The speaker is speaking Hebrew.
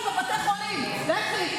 לך תספרי על הזרחן בבתי חולים, לכי.